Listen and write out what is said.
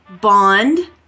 Bond